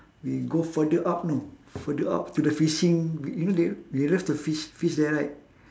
we go further up you know further up to the fishing yo~ you know they they love to fish fish there right